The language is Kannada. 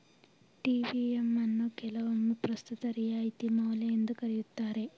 ಟಿ.ವಿ.ಎಮ್ ಅನ್ನು ಕೆಲವೊಮ್ಮೆ ಪ್ರಸ್ತುತ ರಿಯಾಯಿತಿ ಮೌಲ್ಯ ಎಂದು ಕರೆಯುತ್ತಾರೆ